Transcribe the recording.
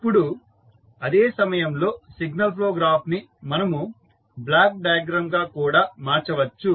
ఇప్పుడు అదే సమయంలో సిగ్నల్ ఫ్లో గ్రాఫ్ ని మనము బ్లాక్ డయాగ్రమ్ గా కూడా మార్చవచ్చు